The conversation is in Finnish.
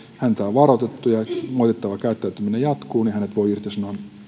häntä on varoitettu ja moitittava käyttäytyminen jatkuu hänet voi irtisanoa